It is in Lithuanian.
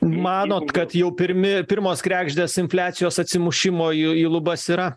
manot kad jau pirmi pirmos kregždės infliacijos atsimušimo į lubas yra